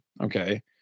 okay